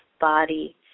Body